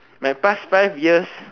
my past five years